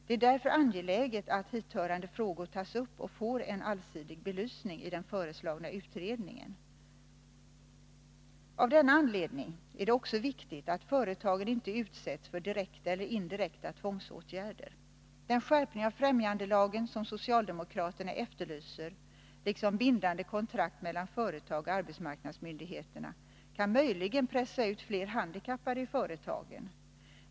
Det är därför angeläget att hithörande frågor tas upp och att de får en allsidig belysning i den föreslagna utredningen. Av denna anledning är det också viktigt att företagen inte utsätts för direkta eller indirekta tvångsåtgärder. Den skärpning av främjandelagen som socialdemokraterna efterlyser, liksom bindande kontrakt mellan företag och arbetsmarknadsmyndigheter, kan möjligen pressa ut flera handikappade i företagen.